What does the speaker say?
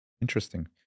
Interesting